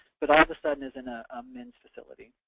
but all of a sudden is in ah a men's facility.